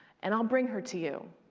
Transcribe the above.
and i'll bring her to you.